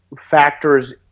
factors